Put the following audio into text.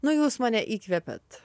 nu jūs mane įkvepiat